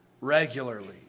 regularly